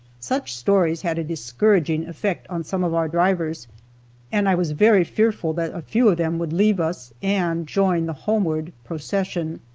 such stories had a discouraging effect on some of our drivers and i was very fearful that a few of them would leave us and join the homeward procession.